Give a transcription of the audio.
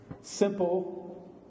simple